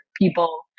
people